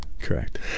Correct